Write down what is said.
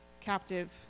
captive